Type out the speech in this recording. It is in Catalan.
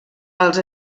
els